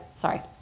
Sorry